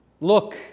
Look